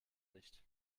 nicht